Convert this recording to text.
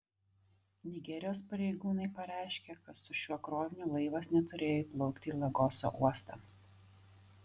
nigerijos pareigūnai pareiškė kad su šiuo kroviniu laivas neturėjo įplaukti į lagoso uostą